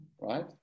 right